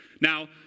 Now